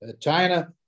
China